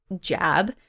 jab